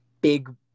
big